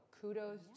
kudos